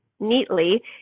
Neatly